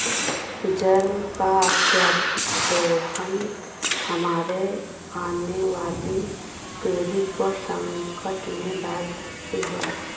जल का अत्यधिक दोहन हमारे आने वाली पीढ़ी को संकट में डाल सकती है